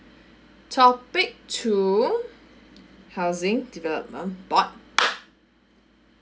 topic two housing development board